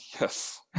Yes